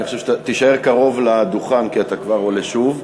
תישאר קרוב לדוכן כי אתה כבר עולה שוב.